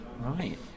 right